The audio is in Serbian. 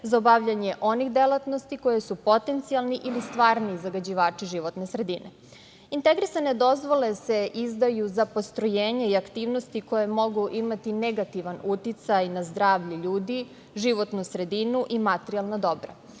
za obavljanje onih delatnosti koje su potencijalni ili stvarni zagađivači životne sredine. Integrisane dozvole se izdaju za postrojenja i aktivnosti koje mogu imati negativan uticaj na zdravlje ljudi, životnu sredinu i materijalna dobra